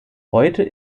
heute